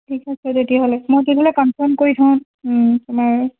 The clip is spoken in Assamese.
ঠিক আছে তেতিয়াহ'লে মই তেতিয়াহ'লে কনফাৰ্ম কৰি থ'ম তোমাৰ